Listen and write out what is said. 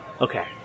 okay